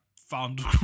found